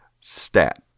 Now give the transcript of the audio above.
Stat